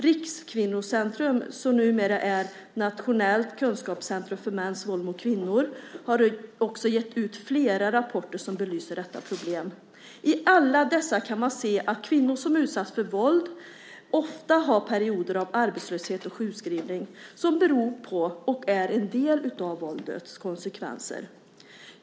Rikskvinnocentrum, som numera är ett nationellt kunskapscentrum mot mäns våld mot kvinnor, har också gett ut flera rapporter som belyser detta problem. I alla dessa kan man se att kvinnor som utsatts för våld ofta har perioder av arbetslöshet och sjukskrivning som beror på och är en del av våldets konsekvenser.